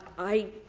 i